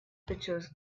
pictures